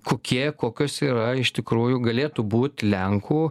kokie kokios yra iš tikrųjų galėtų būt lenkų